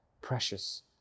precious